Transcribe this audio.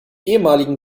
ehemaligen